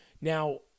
Now